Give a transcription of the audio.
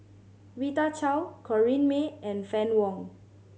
Rita Chao Corrinne May and Fann Wong